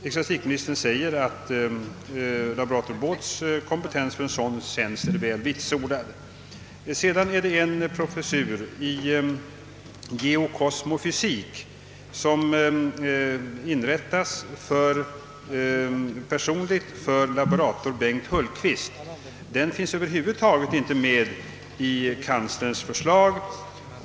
Ecklesiastikministern framhåller att laborator Båths kompetens för en sådan tjänst är väl vitsordad. Vidare gäller det en personlig professur i geokosmofysik för laborator Bengt Hultqvist. Denna professur finns över huvud taget inte med i kanslerns förslag.